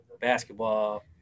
basketball